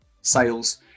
sales